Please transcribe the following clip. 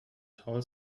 tall